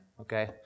okay